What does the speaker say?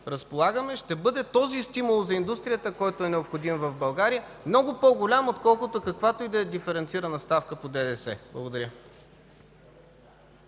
разполагаме, ще бъде този стимул за индустрията, който е необходим в България – много по-голям, отколкото каквато и да е диференцирана ставка по ДДС. Благодаря.